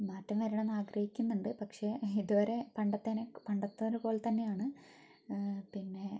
മാറ്റം വരണം എന്ന് ആഗ്രഹിക്കുന്നുണ്ട് പക്ഷേ ഇതുവരെ പണ്ടത്തതിനെ പണ്ടത്തതിനു പോലെത്തന്നെയാണ് പിന്നെ